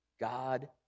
God